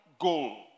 goal